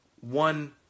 one